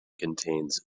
contains